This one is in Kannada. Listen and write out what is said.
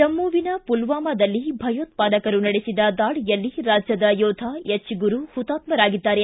ಜಮ್ಮವಿನ ಪುಲ್ವಾಮದಲ್ಲಿ ಭಯೋತ್ಪಾದಕರು ನಡೆಸಿದ ದಾಳಿಯಲ್ಲಿ ರಾಜ್ಯದ ಯೋಧ ಗುರು ಹುತಾತ್ಕರಾಗಿದ್ದಾರೆ